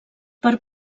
per